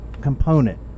component